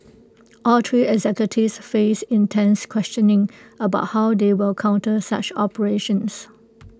all three executives face intense questioning about how they will counter such operations